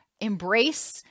Embrace